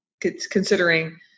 considering